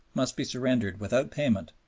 must be surrendered without payment,